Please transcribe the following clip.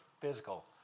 physical